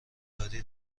دلاری